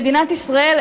מדינת ישראל,